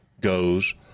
goes